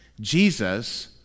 Jesus